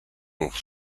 pour